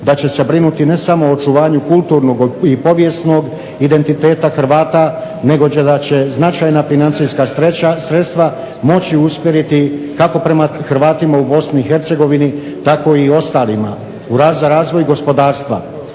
da će se brinuti ne samo o očuvanju kulturnog i povijesnog identiteta Hrvata, nego da će značajna financijska sredstva moći usmjeriti kako prema Hrvatima u Bosni i Hercegovini, tako i ostalima za razvoj gospodarstva.